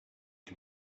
can